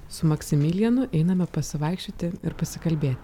su maksimilijanu einame pasivaikščioti ir pasikalbėti